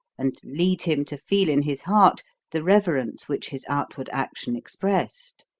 and lead him to feel, in his heart, the reverence which his outward action expressed.